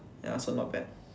ya so not bad